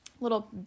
little